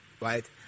right